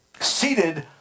seated